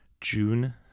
June